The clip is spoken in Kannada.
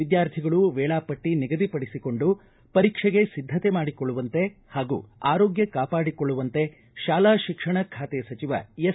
ವಿದ್ಯಾರ್ಥಿಗಳು ವೇಳಾ ಪಟ್ಟ ನಿಗದಿಪಡಿಸಿಕೊಂಡು ಪರೀಕ್ಷೆಗೆ ಸಿದ್ಧತೆ ಮಾಡಿಕೊಳ್ಳುವಂತೆ ಹಾಗೂ ಆರೋಗ್ಯ ಕಾಪಾಡಿಕೊಳ್ಳುವಂತೆ ಶಾಲಾ ಶಿಕ್ಷಣ ಖಾತೆ ಸಚಿವ ಎಸ್